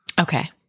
Okay